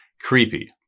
Creepy